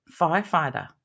firefighter